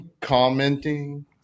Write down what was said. commenting